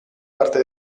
parte